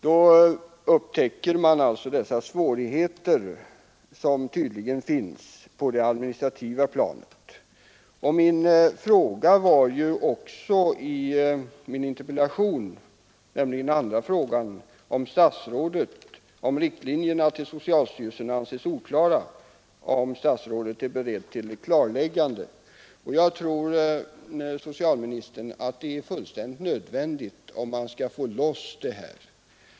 Då upptäcker man dessa svårigheter som tydligen finns på det administrativa planet. Den andra frågan i min interpellation var ju också: ”Är statsrådet, om riktlinjerna till socialstyrelsen anses oklara, beredd till ett klargörande?” Jag tror, herr socialminister, att det är absolut nödvändigt, om man skall få loss dessa pengar.